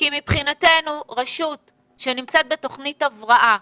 מבחינתנו רשות שנמצאת בתוכנית הבראה,